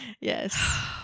Yes